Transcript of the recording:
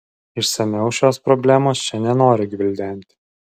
išsamiau šios problemos čia nenoriu gvildenti